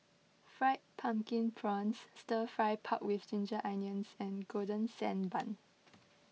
Fried Pumpkin Prawns Stir Fry Pork with Ginger Onions and Golden Sand Bun